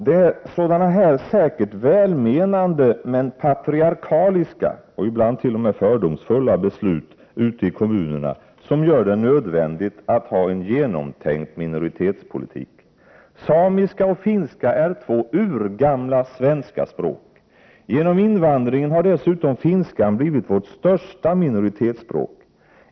Det är sådana här, säkert välmenande men patriarkaliska och ibland t.o.m. fördomsfulla beslut ute i kommunerna som gör det nödvändigt att ha en genomtänkt minoritetspolitik. Samiska och finska är två urgamla svenska språk. Genom invandringen har dessutom finskan blivit vårt största minoritetsspråk.